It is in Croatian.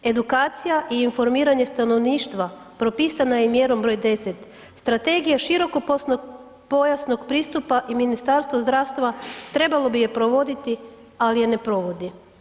Edukacija i informiranje stanovništva propisana je i mjerom 10, Strategija širokopojasnog pristupa i Ministarstvo zdravstva trebalo bi je provoditi ali je ne provodi.